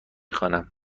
خوانم